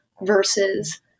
versus